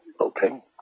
Okay